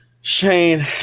Shane